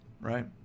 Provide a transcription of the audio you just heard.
right